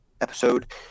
episode